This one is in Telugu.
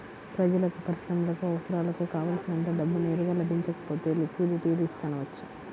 ప్రజలకు, పరిశ్రమలకు అవసరాలకు కావల్సినంత డబ్బు నేరుగా లభించకపోతే లిక్విడిటీ రిస్క్ అనవచ్చు